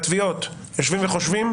בתביעות יושבים וחושבים?